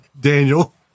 Daniel